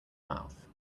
mouth